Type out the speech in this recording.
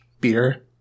beer